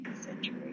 century